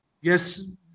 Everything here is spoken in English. yes